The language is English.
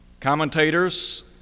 Commentators